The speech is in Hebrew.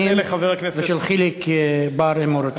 חבר הכנסת דב חנין, ושל חיליק בר, אם הוא רוצה.